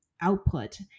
output